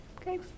okay